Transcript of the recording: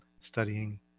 studying